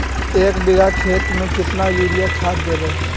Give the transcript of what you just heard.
एक बिघा खेत में केतना युरिया खाद देवै?